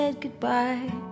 goodbye